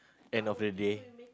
end of the day